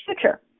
future